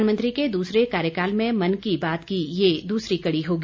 प्रधानमंत्री के दूसरे कार्यकाल में मन की बात की यह दूसरी कड़ी होगी